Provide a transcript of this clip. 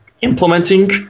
implementing